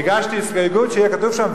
הגשתי הסתייגות שיהיה כתוב שם: